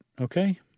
okay